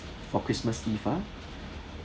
for christmas eve ah